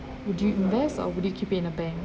would you invest or would you keep it in a bank